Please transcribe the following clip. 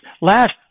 last